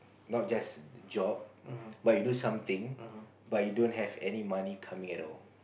not just job but you do something but you don't have any money come in at all